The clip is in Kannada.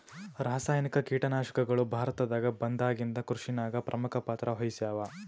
ರಾಸಾಯನಿಕ ಕೀಟನಾಶಕಗಳು ಭಾರತದಾಗ ಬಂದಾಗಿಂದ ಕೃಷಿನಾಗ ಪ್ರಮುಖ ಪಾತ್ರ ವಹಿಸ್ಯಾವ